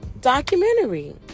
documentary